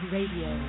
Radio